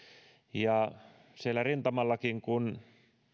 ja siellä rintamallakin kun